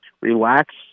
relax